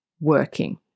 working